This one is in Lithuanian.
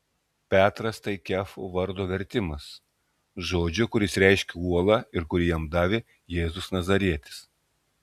petras tai kefo vardo vertimas žodžio kuris reiškia uolą ir kurį jam davė jėzus nazarietis